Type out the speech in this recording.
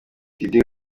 diddy